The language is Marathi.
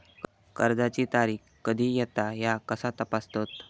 कर्जाची तारीख कधी येता ह्या कसा तपासतत?